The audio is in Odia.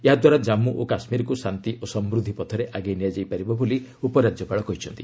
ଏହାଦ୍ୱାରା କାଳ୍ପୁ ଓ କାଶ୍ମୀରକୁ ଶାନ୍ତି ଓ ସମୃଦ୍ଧି ପଥରେ ଆଗେଇ ନିଆଯାଇପାରିବ ବୋଲି ଉପରାଜ୍ୟପାଳ କହିଛନ୍ତି